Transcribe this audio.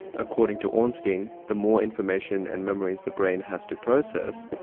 according to ornstein, the more information and memories the brain has to process,